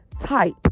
type